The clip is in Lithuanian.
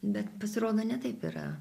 bet pasirodo ne taip yra